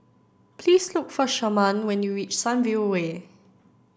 please look for Sharman when you reach Sunview Way